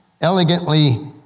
elegantly